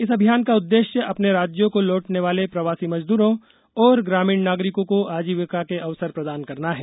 इस अभियान का उद्देश्य अपने राज्यों को लौटने वाले प्रवासी मजदूरों और ग्रामीण नागरिकों को आजीविका के अवसर प्रदान करना है